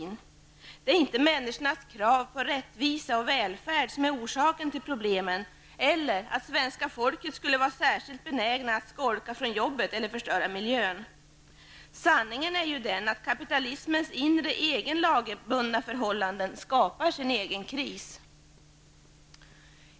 Inte heller är det människors krav på rättvisa och välfärd som är orsaken till problemen eller att svenska folket skulle vara särskilt benäget att skolka från jobbet eller förstöra miljön. Sanningen är att kapitalismens inre egna lagbundna förhållanden skapar sin egen kris.